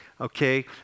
okay